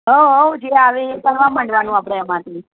હોવ હોવ જે આવે એ કરવા માંડવાનું આપણે આમાંથી